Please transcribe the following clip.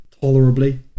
tolerably